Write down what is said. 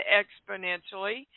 exponentially